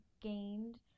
gained